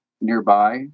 nearby